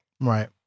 Right